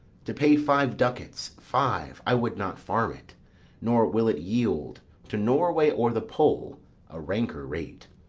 to pay five ducats, five, i would not farm it nor will it yield to norway or the pole a ranker rate,